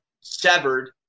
severed